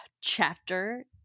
chapter